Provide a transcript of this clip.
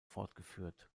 fortgeführt